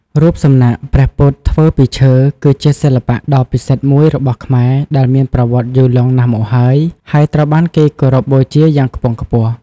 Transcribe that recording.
រូបសំណាកព្រះពុទ្ធធ្វើពីឈើ គឺជាសិល្បៈដ៏ពិសិដ្ឋមួយរបស់ខ្មែរដែលមានប្រវត្តិយូរលង់ណាស់មកហើយ ហើយត្រូវបានគេគោរពបូជាយ៉ាងខ្ពង់ខ្ពស់។